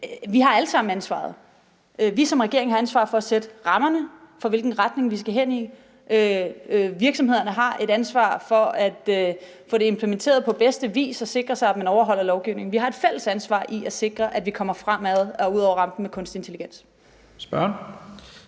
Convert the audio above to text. Vi har alle sammen ansvaret. Ligesom regeringen har ansvaret for at sætte rammerne for, hvilken retning vi skal i, har virksomhederne et ansvar for at få det implementeret på bedste vis og sikre sig, at man overholder lovgivningen. Vi har et fælles ansvar i at sikre, at vi kommer fremad og udover rampen med kunstig intelligens. Kl.